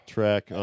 track